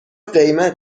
قیمت